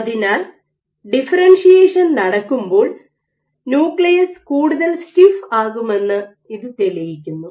അതിനാൽ ഡിഫറെൻഷിയേഷൻ നടക്കുമ്പോൾ ന്യൂക്ലിയസ് കൂടുതൽ സ്റ്റിഫ് ആകുമെന്ന് ഇത് തെളിയിക്കുന്നു